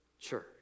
church